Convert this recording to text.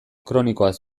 kronikoaz